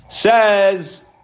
Says